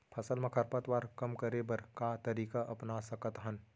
फसल मा खरपतवार कम करे बर का तरीका अपना सकत हन?